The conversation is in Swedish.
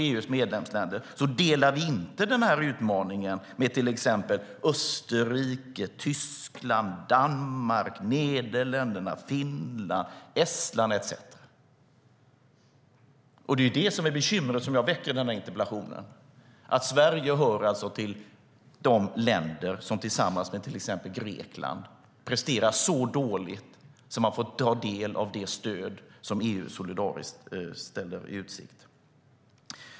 Vi delar inte utmaningen med till exempel Österrike, Tyskland, Danmark, Nederländerna, Finland, Estland etcetera. Sverige hör alltså till de länder som tillsammans med bland annat Grekland presterar så dåligt att vi får ta del av det stöd som EU solidariskt ställer i utsikt.